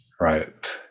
right